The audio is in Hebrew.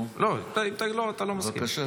אם לא, תגיד לא, אתה לא מסכים.